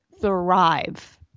thrive